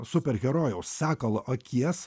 superherojaus sakalo akies